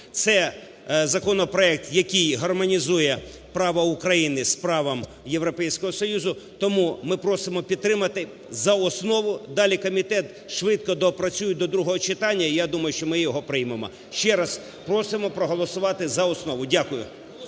Це законопроект, який гармонізує право України з правом Європейського Союзу. Тому ми просимо підтримати за основу. Далі комітет швидко доопрацює до другого читання і я думаю, що ми його приймемо. Ще раз просимо проголосувати за основу. Дякую.